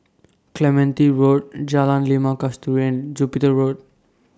Clementi Road Jalan Limau Kasturi and Jupiter Road